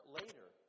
later